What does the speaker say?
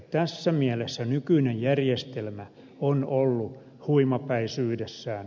tässä mielessä nykyinen järjestelmä on ollut huimapäisyydessään